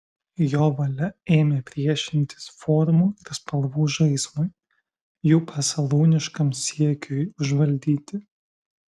jo valia ėmė priešintis formų ir spalvų žaismui jų pasalūniškam siekiui užvaldyti